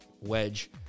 wedge